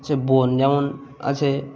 সে বন যেমন আছে